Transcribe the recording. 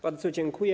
Bardzo dziękuję.